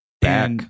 back